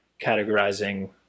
categorizing